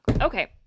Okay